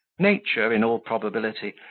nature, in all probability,